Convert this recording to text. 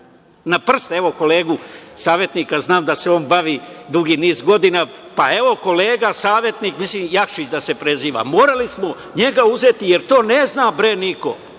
izbrojati. Evo, kolegu savetnika, znam da se on bavi dugi niz godina, pa, evo, kolega, savetnik, mislim Jakšić da se preziva, morali smo njega uzeti, jer to ne zna niko.